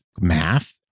math